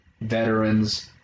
veterans